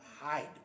hide